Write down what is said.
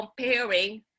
comparing